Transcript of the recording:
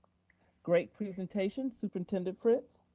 great presentation, superintendent fritz.